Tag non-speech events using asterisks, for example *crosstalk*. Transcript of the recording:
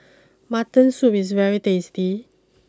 *noise* Mutton Soup is very tasty